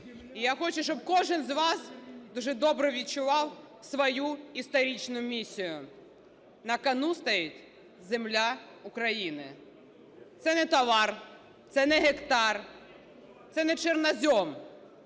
І я хочу, щоб кожен з вас дуже добре відчував свою історичну місію – на кону стоїть земля України. Це не товар, це не гектар, це не чорнозем